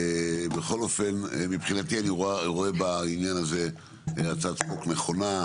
בכל אופן אני רואה בעניין הזה הצעת חוק נכונה,